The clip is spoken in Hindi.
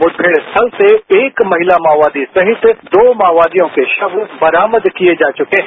मुठभेड़ स्थल से एक महिला माओवादी सहित दो माओवादियों के शव बरामद किए जा चुके हैं